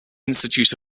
institute